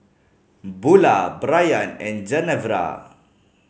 Bulah Brayan and Genevra